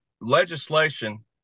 legislation